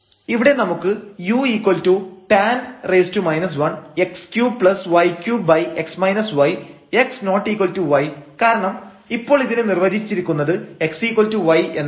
ഇവിടെ നമുക്ക് utan 1x3y3x y x≠y കാരണം ഇപ്പോൾ ഇതിനെ നിർവചിച്ചിരിക്കുന്നത് xy എന്നാണ്